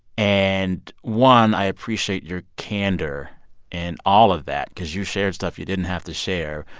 and one, i appreciate your candor in all of that because you shared stuff you didn't have to share,